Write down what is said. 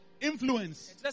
influence